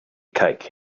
cake